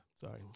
Sorry